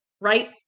right